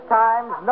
times